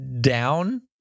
down